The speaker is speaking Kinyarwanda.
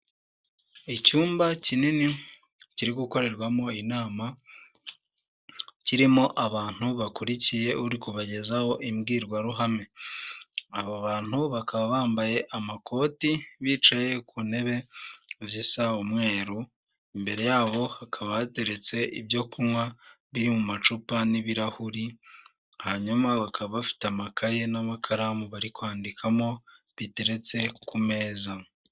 Icyumba kinini kiri gukorerwamo inama kirimo abantu bakurikiye uri kubagezaho imbwirwaruhame, aba bantu bakaba bambaye amakoti bicaye ku ntebe zisa umweru, imbere yabo hakaba hateretse ibyo kunywa biri mu macupa n'ibirahuri hanyuma bakaba bafite amakaye n'amakaramu bari kwandikamo biteretse ku meza.